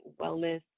wellness